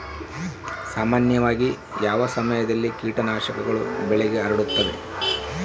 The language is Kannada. ಸಾಮಾನ್ಯವಾಗಿ ಯಾವ ಸಮಯದಲ್ಲಿ ಕೇಟನಾಶಕಗಳು ಬೆಳೆಗೆ ಹರಡುತ್ತವೆ?